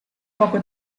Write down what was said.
poco